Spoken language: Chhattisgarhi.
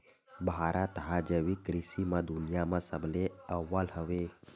भारत हा जैविक कृषि मा दुनिया मा सबले अव्वल हवे